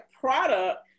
product